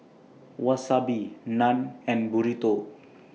Wasabi Naan and Burrito